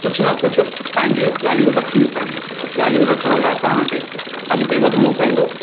कुझु न कुझु पंहिंजियूं ॻाल्हियूं रखिणियूं पवंदियूं ॻाल्हियूं रखण लाइ तहांखे अॻिते वधिणो पवंदो